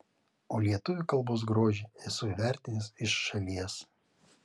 o lietuvių kalbos grožį esu įvertinęs iš šalies